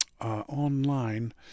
online